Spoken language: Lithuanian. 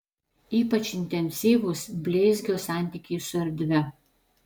ypač intensyvūs bleizgio santykiai su erdve